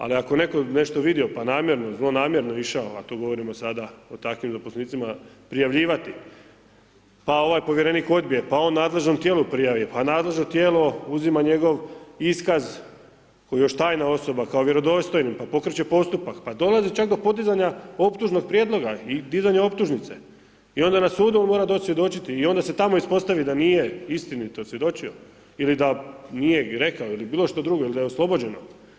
Ali ako je netko nešto vidio pa namjerno, zlonamjerno išao a to govorimo sada o takvim zaposlenicima prijavljivati, pa ovaj povjerenik odbije, pa on nadležnom tijelu prijavi, pa nadležno tijelo uzima njegov iskaz koji još tajna osoba kao vjerodostojnim, pa pokreće postupak, pa dolazi čak do podizanja optužnog prijedloga i dizanja optužnice i onda na sudu on mora doći svjedočiti i onda se tamo ispostavi da nije istinito svjedočio ili da nije rekao ili bilo što drugo ili da je oslobođeno.